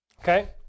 okay